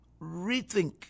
rethink